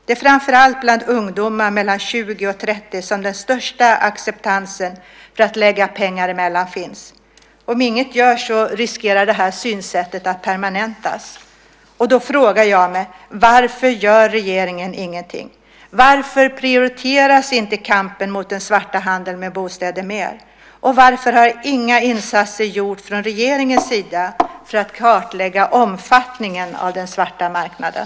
Det är framför allt bland ungdomar mellan 20 och 30 som den största acceptansen för att lägga pengar emellan finns. Om inget görs riskerar detta synsätt att permanentas. Då frågar jag mig: Varför gör regeringen ingenting? Varför prioriteras inte kampen mot den svarta handeln med bostäder? Och varför har inga insatser från regeringens sida gjorts för att kartlägga omfattningen av den svarta marknaden?